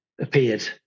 appeared